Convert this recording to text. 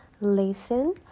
listen